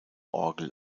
orgel